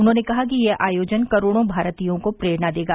उन्होंने कहा कि यह आयोजन करोड़ों भारतीयों को प्रेरणा देगा